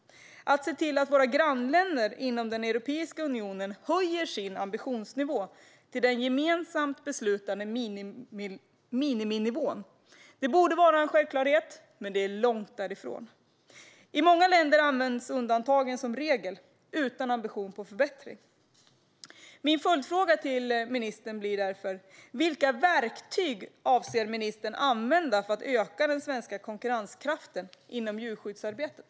Att se till att våra grannländer inom den europeiska unionen höjer sin ambitionsnivå till den gemensamt beslutande miniminivån borde vara en självklarhet, men man är långt därifrån. I många länder används undantagen som regel utan någon ambition om förbättringar. Min följdfråga till ministern blir därför: Vilka verktyg avser ministern att använda för att öka den svenska konkurrenskraften inom djurskyddsarbetet?